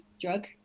drug